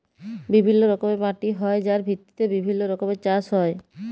বিভিল্য রকমের মাটি হ্যয় যার ভিত্তিতে বিভিল্য রকমের চাস হ্য়য়